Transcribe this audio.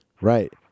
Right